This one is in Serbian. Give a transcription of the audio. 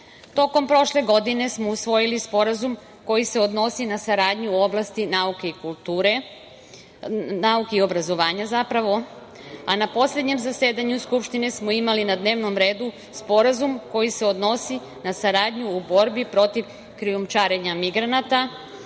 Tokom prošle godine smo usvojili Sporazum koji se odnosi na saradnju u oblasti nauke i obrazovanja, a na poslednjem zasedanju Skupštine smo imali na dnevnom redu Sporazum koji se odnosi na saradnji u borbi protiv krijumčarenja migranata,